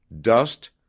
Dust